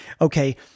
okay